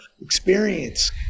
experience